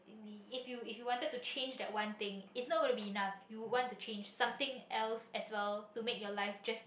if you if you wanted to change that one thing is not gone to be enough you want to change something else as well to make your life just